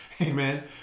Amen